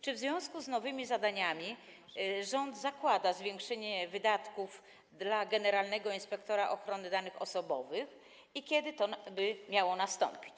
Czy w związku z nowymi zadaniami rząd zakłada zwiększenie wydatków dla generalnego inspektora ochrony danych osobowych i kiedy to miałoby nastąpić?